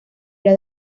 era